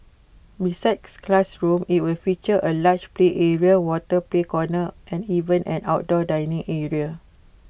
besides classrooms IT will feature A large play area water play corner and even an outdoor dining area